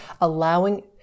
allowing